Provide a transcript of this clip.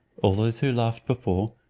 all those who laughed before,